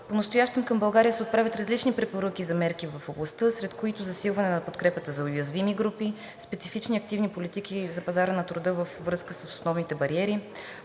Понастоящем към България се отправят различни препоръки за мерки в областта, сред които: засилване на подкрепата за уязвими групи; специфични активни политики за пазара на труда във връзка с основните бариери;